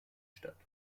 statt